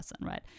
right